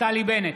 נפתלי בנט,